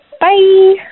bye